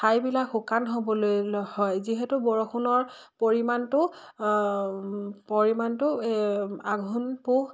ঠাইবিলাক শুকান হ'বলৈ হয় যিহেতু বৰষুণৰ পৰিমাণটো পৰিমাণটো আঘোণ পুহ